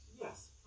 Yes